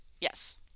Yes